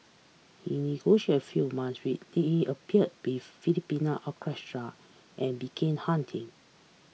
he negotiated a few month which let him appear with Philadelphia Orchestra and began hunting